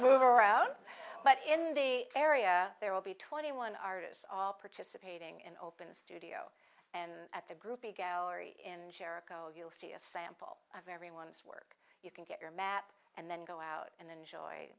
move around but in the area there will be twenty one artists all participating in open studio and at the groupie gallery in jericho you'll see a sample of everyone's work you can get your mat and then go out and enjoy